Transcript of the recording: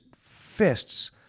fists